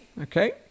Okay